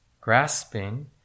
grasping